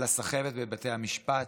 על הסחבת בבתי המשפט,